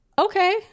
Okay